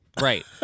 Right